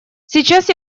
сейчас